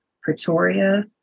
Pretoria